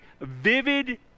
vivid